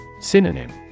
Synonym